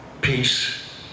Peace